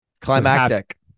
climactic